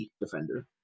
defender